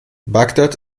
bagdad